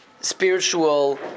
spiritual